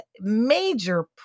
major